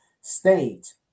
state